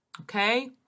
okay